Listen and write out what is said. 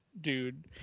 dude